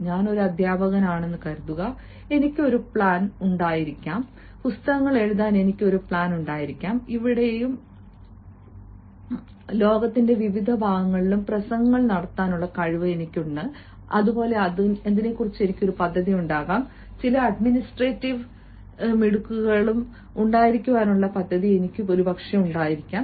ഞാൻ ഒരു അധ്യാപകനാണെന്ന് കരുതുക എനിക്ക് ഒരു പ്ലാൻ ഉണ്ടായിരിക്കാം പുസ്തകങ്ങൾ എഴുതാൻ എനിക്ക് ഒരു പ്ലാൻ ഉണ്ടായിരിക്കാം ഇവിടെയും അവിടെയും ലോകത്തിന്റെ വിവിധ ഭാഗങ്ങൾ പ്രസംഗങ്ങൾ നടത്താനും എനിക്ക് ഒരു പദ്ധതിയുണ്ടാകാം ചില അഡ്മിനിസ്ട്രേറ്റീവ് മിടുക്കുകളും ഉണ്ടായിരിക്കാനുള്ള പദ്ധതിയും എനിക്കുണ്ടാകാം